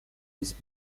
his